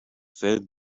fed